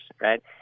right